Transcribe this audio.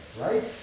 right